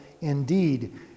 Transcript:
indeed